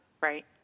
right